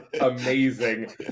amazing